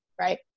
right